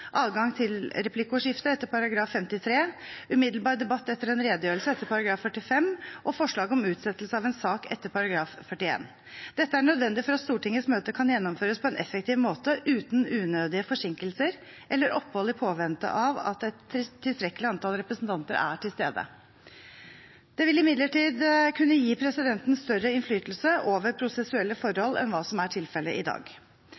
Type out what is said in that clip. adgang til replikkordskifte etter § 53, umiddelbar debatt etter en redegjørelse etter § 45 og forslag om utsettelse av en sak etter § 41. Dette er nødvendig for at Stortingets møte kan gjennomføres på en effektiv måte uten unødige forsinkelser eller opphold i påvente av at et tilstrekkelig antall representanter er til stede. Det vil imidlertid kunne gi presidenten større innflytelse over prosessuelle forhold enn hva som er tilfelle i dag.